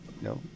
No